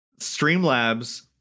Streamlabs